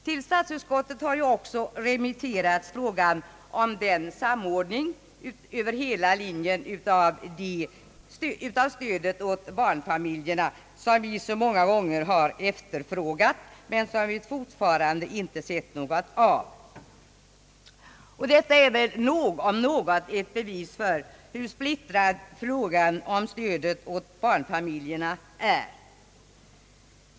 Till statsutskottet har också remitterats frågan om den samordning över hela linjen av stödet till barnfamiljerna, som vi så många gånger har efterfrågat men som vi fortfarande inte sett någonting av. Detta är väl om något ett bevis för hur splittrad frågan om stödet åt barnfamiljerna är.